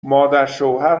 مادرشوهر